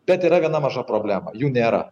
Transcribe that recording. bet yra viena maža problema jų nėra